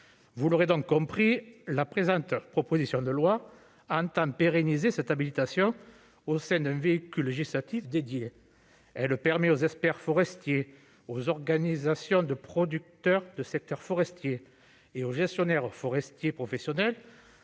Vous l'aurez donc compris la présente proposition de loi entend pérenniser cette habilitation au scènes que législatif dédié L le permis aux experts forestiers aux organisations de producteurs de secteurs forestier et aux gestionnaires forestiers professionnels